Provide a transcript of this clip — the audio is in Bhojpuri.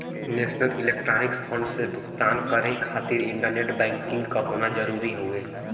नेशनल इलेक्ट्रॉनिक्स फण्ड से भुगतान करे खातिर इंटरनेट बैंकिंग क होना जरुरी हउवे